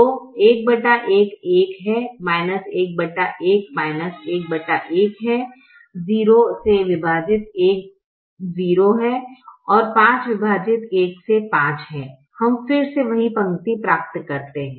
तो 11 1 है 11 11 है 0 से विभाजित 1 0 है 5 विभाजित 1 से 5 है हम फिर से वही पंक्ति प्राप्त करते हैं